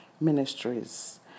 Ministries